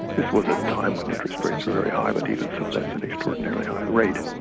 this was a time when interest rates were very high, but even so that's an extraordinarily high rate,